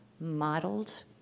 modeled